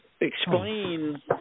explain